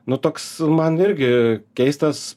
nu toks man irgi keistas